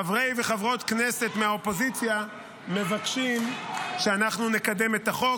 כשחברי וחברות כנסת מהאופוזיציה מבקשים שאנחנו נקדם את החוק.